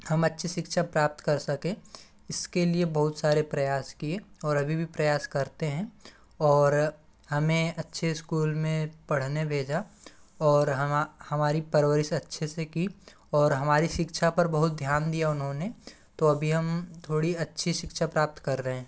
हम अच्छी शिक्षा प्राप्त कर सकें इसके लिए बहुत सारे प्रयास किए और अभी भी प्रयास करते हैं और हमें अच्छे इस्कूल में पढ़ने भेजा और हमारी परवरिश अच्छे से की और हमारी शिक्षा पर बहुत ध्यान दिया उन्होंने तो अभी हम थोड़ी अच्छी शिक्षा प्राप्त कर रहे हैं